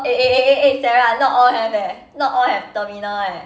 eh eh eh eh eh sarah not all have eh not all have terminal eh